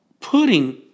putting